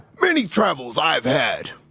many travels i have had.